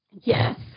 Yes